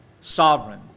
sovereign